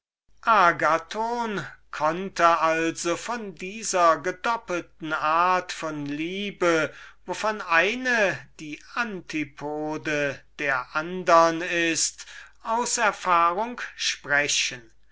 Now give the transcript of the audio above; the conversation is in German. könnte also von dieser gedoppelten art von liebe wovon eine die antipode der andern ist aus erfahrung sprechen